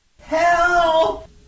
Help